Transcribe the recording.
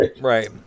Right